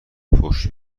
پشت